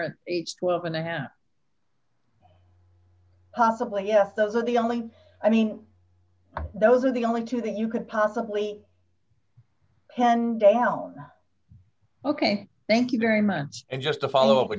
it's twelve and a half possibly yes those are the only i mean those are the only two that you could possibly pendejo ok thank you very much and just to follow up with